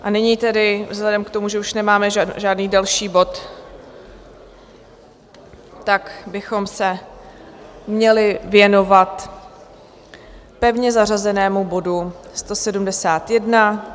A nyní tedy vzhledem k tomu, že už nemáme žádný další bod, tak bychom se měli věnovat pevně zařazenému bodu 171.